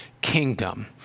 kingdom